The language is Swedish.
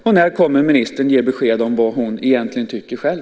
Och när kommer ministern att ge besked om vad hon egentligen tycker själv?